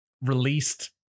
released